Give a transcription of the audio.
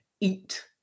eat